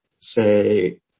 say